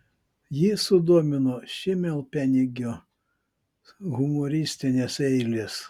jį sudomino šimelpenigio humoristinės eilės